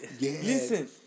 Listen